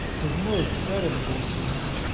was most creditable to him.